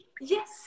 yes